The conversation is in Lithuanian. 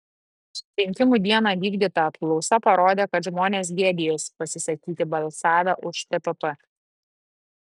rinkimų dieną vykdyta apklausa parodė kad žmonės gėdijosi pasisakyti balsavę už tpp